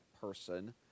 person